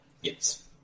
Yes